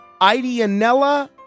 Idianella